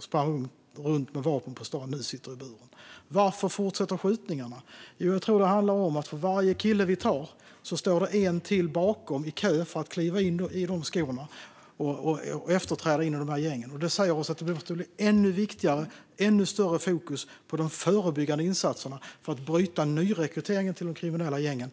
sprang runt med vapen på stan sitter nu i buren. Varför fortsätter skjutningarna? Jag tror att det handlar om att för varje kille vi tar står det en till bakom i kö för att kliva i hans skor och efterträda honom i gänget. Det säger oss att det måste bli ännu viktigare med och ännu större fokus på de förebyggande insatserna för att bryta nyrekryteringen till de kriminella gängen.